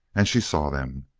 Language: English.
and she saw them!